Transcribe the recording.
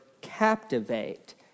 captivate